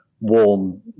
warm